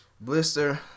Blister